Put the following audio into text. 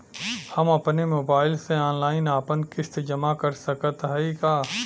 हम अपने मोबाइल से ऑनलाइन आपन किस्त जमा कर सकत हई का?